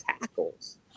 tackles –